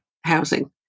housing